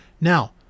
Now